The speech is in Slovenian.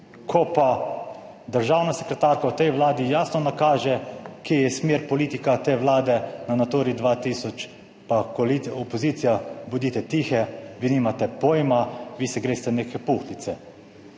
ko pa državna sekretarka v tej Vladi jasno nakaže kje je smer, politika te Vlade na Naturi 2000, pa opozicija, bodite tiho, vi nimate pojma, vi se greste neke puhlice.